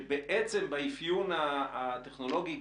באפיון הטכנולוגי,